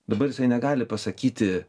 dabar jisai negali pasakyti